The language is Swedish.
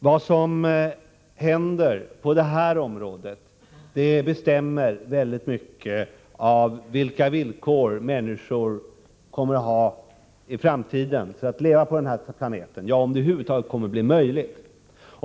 Vad som händer på det här området bestämmer i stor utsträckning under vilka villkor människor i framtiden kommer att leva på den här planeten — ja, om det över huvud taget kommer att bli möjligt att leva här.